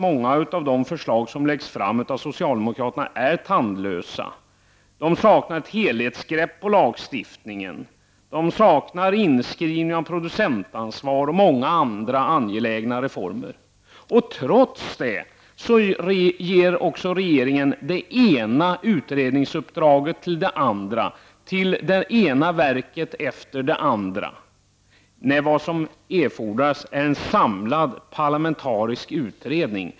Många av de förslag som läggs fram av socialdemokraterna är tyvärr tandlösa. Det saknas ett helhetsgrepp på lagstiftningen. Det saknas inskrivning av producentansvar och många andra angelägna reformer. Regeringen ger det ena utredningsuppdraget efter det andra till det ena verket efter det andra. Vad som erfordras är en samlad parlamentarisk utredning.